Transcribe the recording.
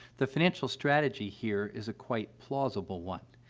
the financial strategy here is a quite plausible one.